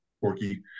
Porky